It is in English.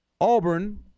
Auburn